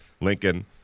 Lincoln –